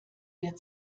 der